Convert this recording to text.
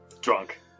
Drunk